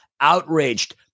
outraged